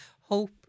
hope